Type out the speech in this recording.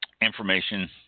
information